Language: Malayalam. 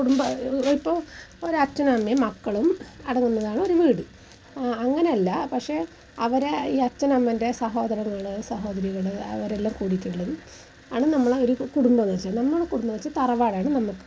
കുടുംബ ഇപ്പോൾ ഒരച്ഛനും അമ്മയും മക്കളും അടങ്ങുന്നതാണ് ഒരു വീട് അങ്ങനെയല്ല പക്ഷേ അവരെ ഈ അച്ഛനമ്മേൻ്റെ സഹോദരങ്ങൾ സഹോദരികൾ അവരെല്ലാം കൂടിയിട്ടുള്ളതും ആണ് നമ്മൾ ഒരു കുടുംബം എന്നു വെച്ചാൽ നമ്മുടെ കുടുംബം എന്നു വെച്ചാൽ തറവാടാണ് നമക്ക്